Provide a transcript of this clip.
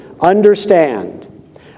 Understand